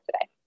today